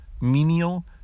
menial